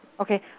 Okay